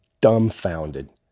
dumbfounded